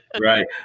Right